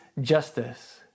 justice